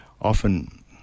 often